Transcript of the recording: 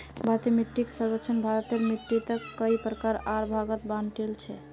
भारतीय मिट्टीक सर्वेक्षणत भारतेर मिट्टिक कई प्रकार आर भागत बांटील छे